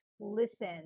listen